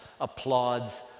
applauds